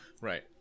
right